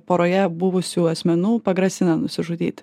poroje buvusių asmenų pagrasina nusižudyti